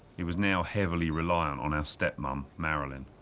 he was now heavily reliant on our step-mum, marilyn.